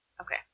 Okay